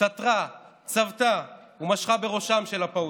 סטרה, צבטה ומשכה בראשם של הפעוטות.